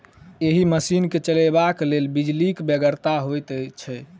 एहि मशीन के चलयबाक लेल बिजलीक बेगरता होइत छै